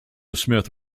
smith